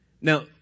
Now